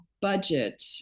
budget